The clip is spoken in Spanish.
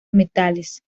metales